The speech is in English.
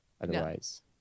otherwise